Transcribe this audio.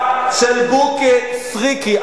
ממשלה של בוקי סריקי.